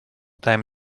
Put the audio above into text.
time